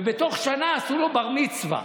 ובתוך שנה עשו לו בר-מצווה.